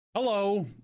Hello